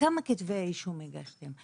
כמה כתבי אישום הגשתם?